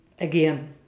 Again